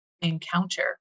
encounter